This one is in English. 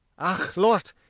ah! lort,